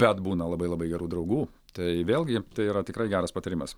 bet būna labai labai gerų draugų tai vėlgi tai yra tikrai geras patarimas